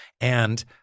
And-